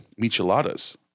micheladas